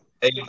hey